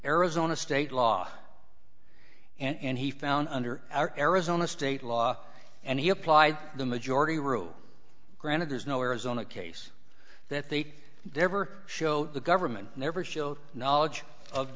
arizona state law and he found under our arizona state law and he applied the majority rule granted there's no arizona case that they never show the government never showed knowledge of